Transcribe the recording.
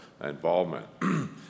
involvement